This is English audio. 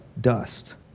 dust